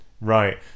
Right